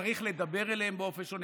צריך לדבר אליהם באופן שונה.